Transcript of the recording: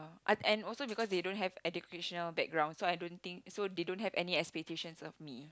uh and also because they don't have educational background so I don't think so they don't have any expectations of me